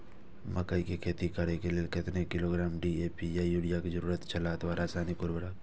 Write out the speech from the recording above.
मकैय के खेती करे के लेल केतना किलोग्राम डी.ए.पी या युरिया के जरूरत छला अथवा रसायनिक उर्वरक?